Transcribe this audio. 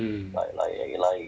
mm